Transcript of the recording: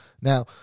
Now